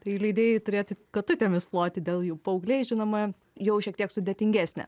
tai leidėjai turėtų katutėmis ploti dėl jų paaugliai žinoma jau šiek tiek sudėtingesnė